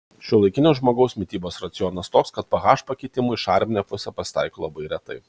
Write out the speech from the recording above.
šiuolaikinio žmogaus mitybos racionas toks kad ph pakitimų į šarminę pusę pasitaiko labai retai